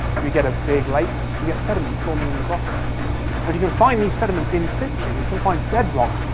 you get a big lake, you get sediments forming in the bottom. and if you can find these sediments in situ, if you can find bedrock,